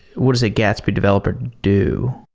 what is a gatsby developers do?